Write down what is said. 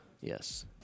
Yes